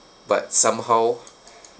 but somehow